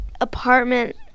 apartment